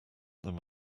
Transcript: them